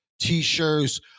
t-shirts